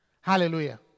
Hallelujah